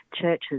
churches